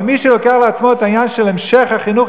אבל מי שלוקח על עצמו את המשך החינוך,